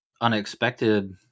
unexpected